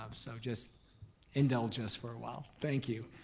um so just indulge us for awhile, thank you.